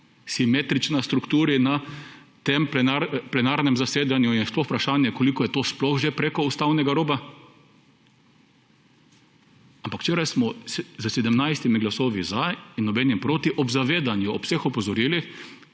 simetrična strukturi na tem plenarnem zasedanju in sploh je vprašanje, koliko je to sploh že preko ustavnega roba. Ampak včeraj smo s 17 glasovi za in nobenim proti ob zavedanju, ob vseh opozorilih,